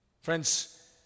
Friends